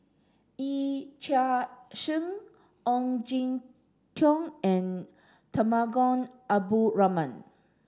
Yee Chia Hsing Ong Jin Teong and Temenggong Abdul Rahman